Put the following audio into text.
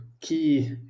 key